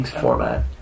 format